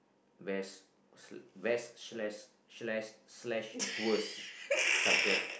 best sl~ best slash slash slash worst subject